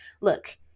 Look